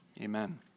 Amen